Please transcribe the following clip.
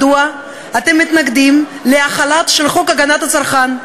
מדוע אתם מתנגדים להחלה של חוק הגנת הצרכן,